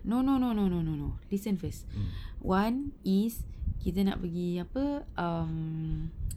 no no no no no no no listen first one is kita nak pergi apa um